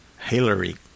Hillary